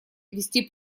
вести